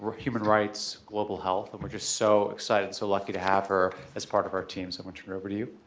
human rights, global health, and we're just so excited, so lucky to have her as part of our team. so we'll turn it over to you.